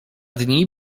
dni